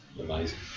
Amazing